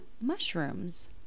mushrooms